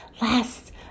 Last